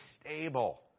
stable